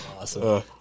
awesome